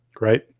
Right